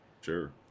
Sure